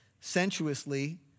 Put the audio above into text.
sensuously